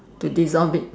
to dissolve it